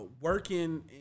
working